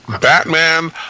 Batman